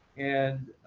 and